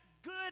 good